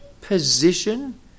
position